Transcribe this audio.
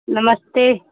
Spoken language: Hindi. नमस्ते